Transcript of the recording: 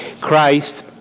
Christ